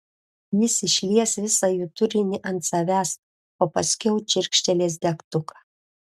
jis išlies visą jų turinį ant savęs o paskiau čirkštelės degtuką